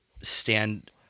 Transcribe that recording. stand